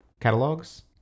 catalogs